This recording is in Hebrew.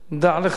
דע לך,